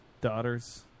daughters